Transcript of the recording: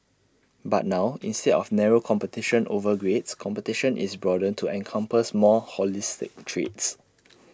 but now instead of narrow competition over grades competition is broadened to encompass more holistic traits